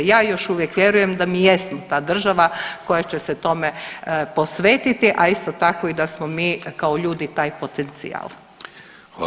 Ja još uvijek vjerujem da mi jesmo ta država koja će se tome posvetiti, a isto tako i da smo mi kao ljudi taj potencijal.